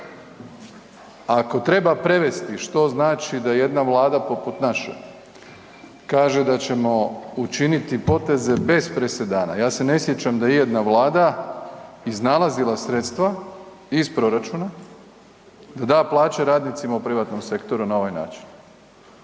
Ako treba prevesti što znači da jedna vlada poput naše kaže da ćemo učiniti poteze bez presedana, ja se ne sjećam da je ijedna vlada iznalazila sredstva iz proračuna da da plaće radnicima u privatnom sektoru na ovaj način,